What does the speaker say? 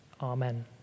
Amen